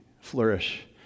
flourish